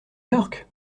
york